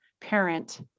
parent